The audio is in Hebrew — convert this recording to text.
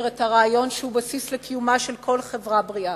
את הרעיון שהוא בסיס לקיומה של כל חברה בריאה,